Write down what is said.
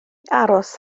aros